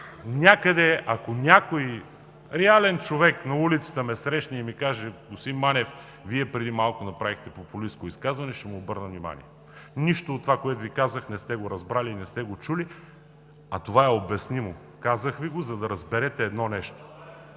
някъде някой реален човек ме срещне на улицата и ми каже: господин Манев, Вие преди малко направихте популистко изказване – ще му обърна внимание. Нищо от това, което Ви казах, не сте го разбрали и не сте го чули, а това е обяснимо. Казах Ви го, за да разберете едно нещо: